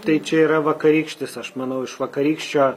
tai čia yra vakarykštis aš manau iš vakarykščio